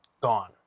gone